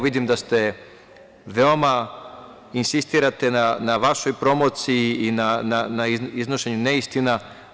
Vidim da veoma insistirate na vašoj promociji i na iznošenju neistina.